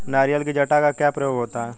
नारियल की जटा का क्या प्रयोग होता है?